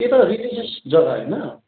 त्यो त रिलिजियस जग्गा होइन